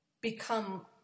become